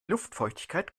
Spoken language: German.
luftfeuchtigkeit